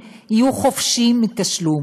והיא עברה בקריאה ראשונה בוועדה.